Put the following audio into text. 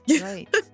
right